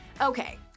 Okay